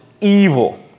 evil